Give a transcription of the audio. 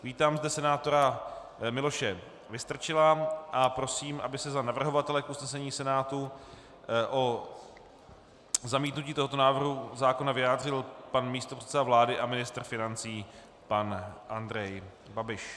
Vítám zde senátora Miloše Vystrčila a prosím, aby se navrhovatele k usnesení Senátu o zamítnutí tohoto návrhu zákona vyjádřil pan místopředseda vlády a ministr financí pan Andrej Babiš.